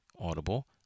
Audible